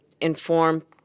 inform